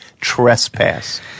trespass